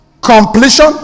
completion